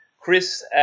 Chris